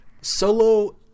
Solo